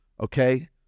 Okay